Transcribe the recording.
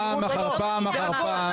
הוא דן פעם אחר פעם אחר פעם בעתירות פוליטיות.